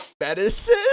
medicine